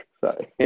sorry